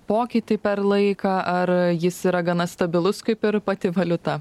pokytį per laiką ar jis yra gana stabilus kaip ir pati valiuta